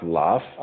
love